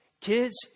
kids